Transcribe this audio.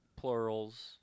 plurals